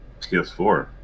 ps4